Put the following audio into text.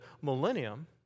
millennium